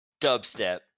Dubstep